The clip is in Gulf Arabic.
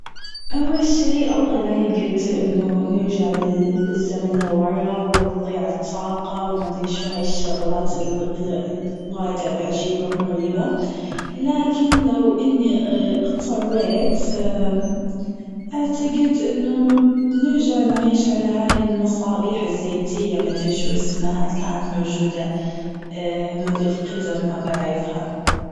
أول شيء الله لا يقدر أنه نرجع بال-بالزمن لورا وتضيع الطاقة وما أدري شو هاي الشغلات ال-ال-ال-وايد عجيبة وغريبة، لكن لو إني اضطريت أعتقد أنه نرجع نعيش على هاي المصابيح الزيتية ما أدري شو اسمها الكانت موجودة منذ القدم ما بعرفها.